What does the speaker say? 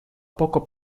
poco